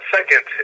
Second